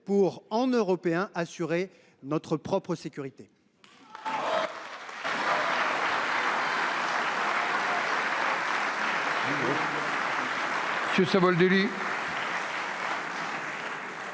pour, en Européens, assurer notre propre sécurité.